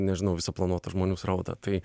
nežinau visą planuotą žmonių srautą tai